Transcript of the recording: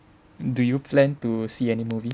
do you plan to see any movie